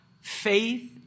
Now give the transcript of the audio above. faith